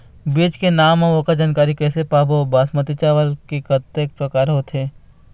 बीज के नाम अऊ ओकर जानकारी कैसे पाबो बासमती चावल के कतेक प्रकार होथे?